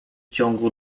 ciągu